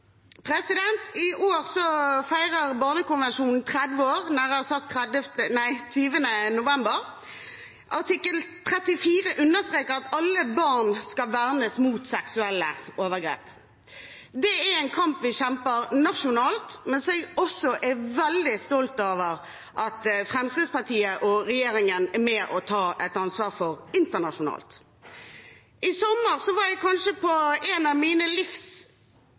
år feirer Barnekonvensjonen 30 år, nærmere bestemt den 20. november. Artikkel 34 understreker at alle barn skal vernes mot seksuelle overgrep. Det er en kamp vi kjemper nasjonalt, men det er også noe som jeg er veldig stolt av at Fremskrittspartiet og resten av regjeringen er med på å ta et ansvar for internasjonalt. I sommer var jeg på en av mitt livs